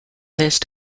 list